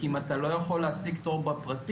אם אתה לא יכול להשיג תור בפרטי,